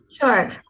Sure